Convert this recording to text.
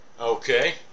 Okay